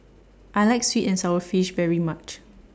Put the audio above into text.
I like Sweet and Sour Fish very much